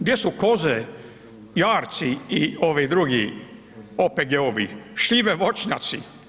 Gdje su koze, jarci i drugi OPG-ovi, šljive, voćnjaci?